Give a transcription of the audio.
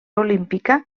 olímpica